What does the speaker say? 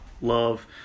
love